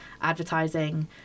advertising